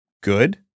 good